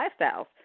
lifestyles